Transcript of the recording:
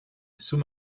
sous